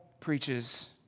preaches